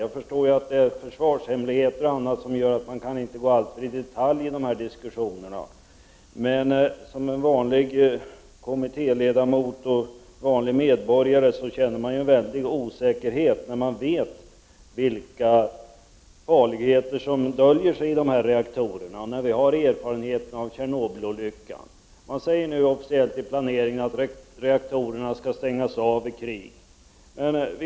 Jag förstår att det är försvarshemligheter och annat som gör att försvarsministern inte kan gå in alltför mycket på detaljer i en sådan här diskussion, men som kommittéledamot och som vanlig medborgare känner man en stark osäkerhet när man vet vilka farligheter som döljer sig i reaktorerna och med erfarenheterna av Tjernobylolyckan. Det sägs nu i planeringen att reaktorerna skall stängas av i krig.